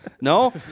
No